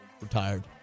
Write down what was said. Retired